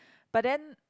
but then